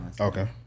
okay